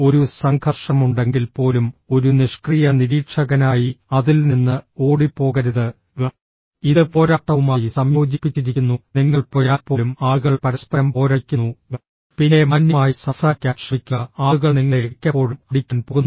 ഒരു സംഘർഷമുണ്ടെങ്കിൽപ്പോലും ഒരു നിഷ്ക്രിയ നിരീക്ഷകനായി അതിൽ നിന്ന് ഓടിപ്പോകരുത് ഇത് പോരാട്ടവുമായി സംയോജിപ്പിച്ചിരിക്കുന്നു നിങ്ങൾ പോയാൽപ്പോലും ആളുകൾ പരസ്പരം പോരടിക്കുന്നു പിന്നെ മാന്യമായി സംസാരിക്കാൻ ശ്രമിക്കുക ആളുകൾ നിങ്ങളെ മിക്കപ്പോഴും അടിക്കാൻ പോകുന്നില്ല